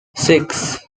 six